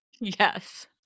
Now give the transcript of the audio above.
yes